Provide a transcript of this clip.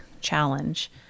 challenge